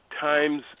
times